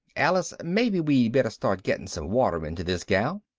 alice, maybe we'd better start getting some water into this gal.